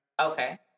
Okay